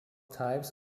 types